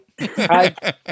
Hi